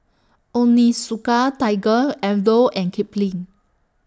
Onitsuka Tiger Aldo and Kipling